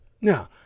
Now